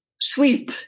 sweep